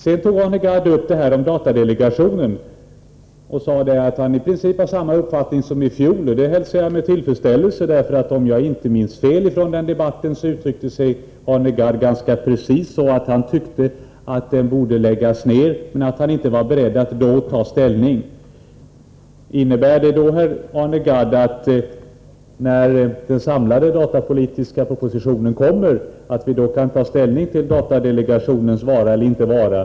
Sedan tog Arne Gadd upp datadelegationen och sade att han i princip har samma uppfattning som i fjol. Det hälsar jag med tillfredsställelse, för om jag inte minns fel uttryckte sig Arne Gadd i den debatten så att han tyckte att delegationen borde läggas ner men att han inte var beredd att då göra det. Innebär detta, Arne Gadd, att vi, när den samlade datapolitiska propositionen läggs fram, kan ta ställning till datadelegationens vara eller inte vara?